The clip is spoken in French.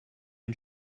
une